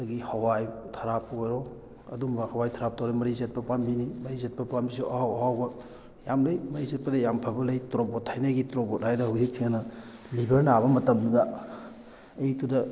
ꯑꯗꯒꯤ ꯍꯋꯥꯎ ꯊꯔꯥꯛꯄꯨ ꯑꯣꯏꯔꯣ ꯑꯗꯨꯒꯨꯝꯕ ꯍꯋꯥꯏ ꯊꯔꯥꯛ ꯇꯧꯔꯦ ꯃꯔꯤ ꯆꯠꯄ ꯄꯥꯝꯕꯤꯅꯤ ꯃꯔꯤ ꯆꯠꯄ ꯄꯥꯝꯕꯤꯁꯨ ꯑꯍꯥꯎ ꯑꯍꯥꯎꯕ ꯌꯥꯝ ꯂꯩ ꯃꯔꯤ ꯆꯠꯄꯗ ꯌꯥꯝ ꯐꯕ ꯂꯩ ꯇꯣꯔꯣꯕꯣꯠ ꯊꯥꯏꯅꯒꯤ ꯇꯣꯔꯣꯕꯣꯠ ꯍꯥꯏꯅ ꯍꯧꯖꯤꯛ ꯁꯦꯡꯅ ꯂꯤꯕꯔ ꯅꯥꯕ ꯃꯇꯝꯗ ꯑꯌꯨꯛꯇꯨꯗ